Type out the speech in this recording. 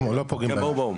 לא פוגעים בהם.